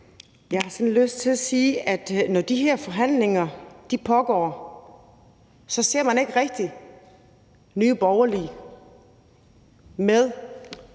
Jeg har sådan lyst til at sige, at når de her forhandlinger pågår, så ser man ikke rigtig Nye Borgerlige være